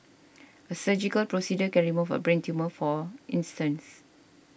a surgical procedure can remove a brain tumour for instance